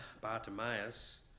Bartimaeus